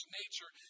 nature